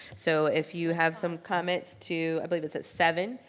so if you have some comments to, i believe it's at seven,